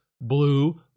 blue